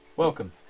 Welcome